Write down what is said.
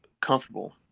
comfortable